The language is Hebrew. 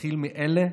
נתחיל מאלה